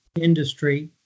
industry